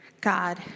God